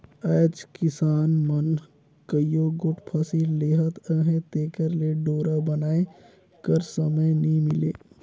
आएज किसान मन कइयो गोट फसिल लेहत अहे तेकर ले डोरा बनाए कर समे नी मिले